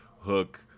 hook